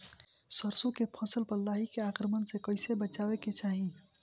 सरसो के फसल पर लाही के आक्रमण से कईसे बचावे के चाही?